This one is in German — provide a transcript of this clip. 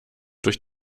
durch